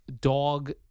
dog